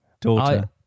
daughter